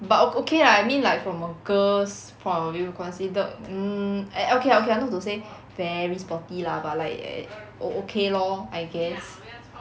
but o~ okay lah I mean like from a girl's point of view considered mm okay okay lah not to say very sporty lah but like eh o~ o~ okay lor I guess cause